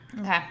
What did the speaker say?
Okay